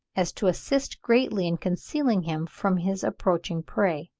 as to assist greatly in concealing him from his approaching prey.